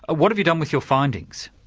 ah what have you done with your findings?